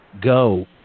go